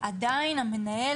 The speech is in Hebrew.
עדיין המנהל,